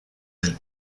del